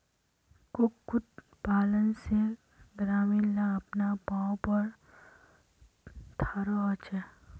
कुक्कुट पालन से ग्रामीण ला अपना पावँ पोर थारो होचे